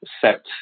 set